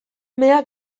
mea